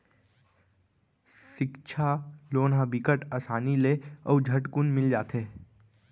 सिक्छा लोन ह बिकट असानी ले अउ झटकुन मिल जाथे